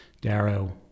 Darrow